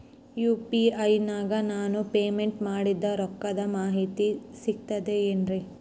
UPI ನಾಗ ನಾನು payment ಮಾಡಿದ ರೊಕ್ಕದ ಮಾಹಿತಿ ಸಿಕ್ತದೆ ಏನ್ರಿ?